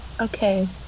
Okay